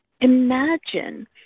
Imagine